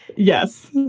yes.